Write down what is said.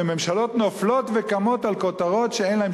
וממשלות נופלות וקמות על כותרות שאין להן